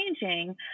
changing